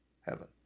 heaven